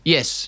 Yes